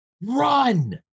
run